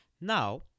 Now